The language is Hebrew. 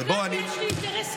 רגע, תרשה לי, השר.